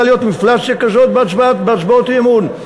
להיות אינפלציה כזאת בהצבעות אי-אמון.